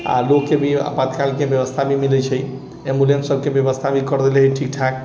आ लोकके भी आपात कालके व्यवस्था भी मिलै छै एम्बुलेन्स सभके भी व्यवस्था कर देले है ठीक ठाक